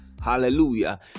Hallelujah